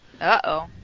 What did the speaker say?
Uh-oh